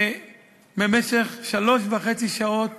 שבמשך שלוש וחצי שעות